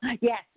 yes